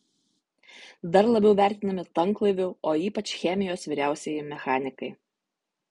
dar labiau vertinami tanklaivių o ypač chemijos vyriausieji mechanikai